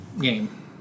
game